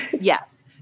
yes